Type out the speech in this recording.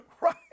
Right